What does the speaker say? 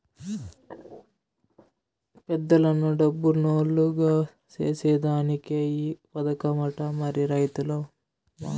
పేదలను డబ్బునోల్లుగ సేసేదానికే ఈ పదకమట, మరి రైతుల మాటో